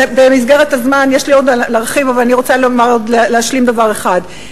במסגרת הזמן יש לי עוד להרחיב אבל אני רוצה להשלים דבר אחד.